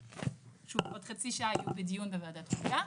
שעוד חצי שעה יהיו בדיון בוועדת חוקה.